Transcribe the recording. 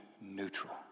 neutral